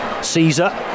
Caesar